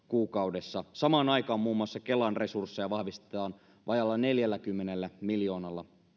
kuukaudessa samaan aikaan muun muassa kelan resursseja vahvistetaan vajaalla neljälläkymmenellä miljoonalla